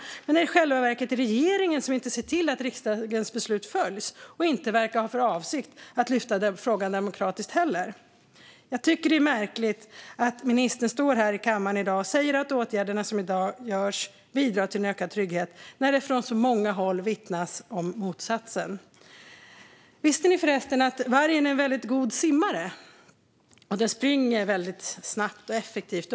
I själva verket är det ju regeringen som inte ser till att riksdagens beslut följs och heller inte verkar ha för avsikt att lyfta frågan demokratiskt. Visste ni förresten att vargen är en väldigt god simmare? Den springer också väldigt snabbt och effektivt.